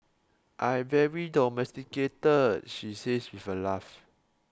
I very domesticated she says with a laugh